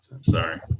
sorry